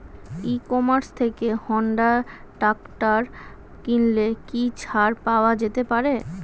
ই commerce থেকে Honda tractor কিনলে কি ছাড় পাওয়া যেতে পারে?